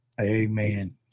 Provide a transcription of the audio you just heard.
Amen